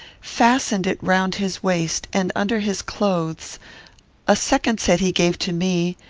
fastened it round his waist, and under his clothes a second set he gave to me,